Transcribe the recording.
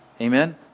amen